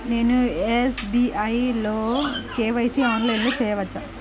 నేను ఎస్.బీ.ఐ లో కే.వై.సి ఆన్లైన్లో చేయవచ్చా?